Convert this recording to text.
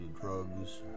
drugs